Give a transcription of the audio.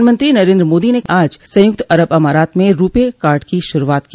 प्रधानमंत्री श्री मोदी ने आज संयुक्त अरब अमारात में रुपे कार्ड की शुरूआत की